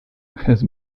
has